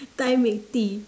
Thai milk tea